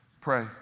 pray